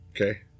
okay